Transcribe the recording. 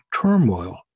turmoil